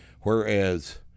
whereas